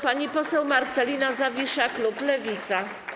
Pani poseł Marcelina Zawisza, klub Lewica.